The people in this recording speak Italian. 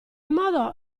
modo